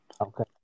Okay